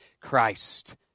Christ